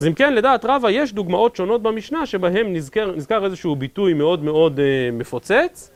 אז אם כן לדעת רבא יש דוגמאות שונות במשנה שבהן נזכר איזשהו ביטוי מאוד מאוד מפוצץ